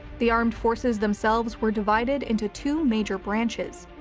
the armed forces themselves were divided into two major branches,